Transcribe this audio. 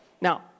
Now